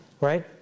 Right